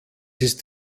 ist